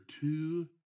two